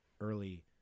early